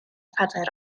phedair